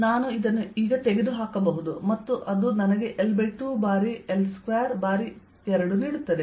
ನಾನು ಇದನ್ನು ಈಗ ತೆಗೆದುಹಾಕಬಹುದು ಮತ್ತು ಅದು ನನಗೆ L2 ಬಾರಿ L2ಬಾರಿ 2 ನೀಡುತ್ತದೆ